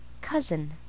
Cousin